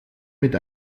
mit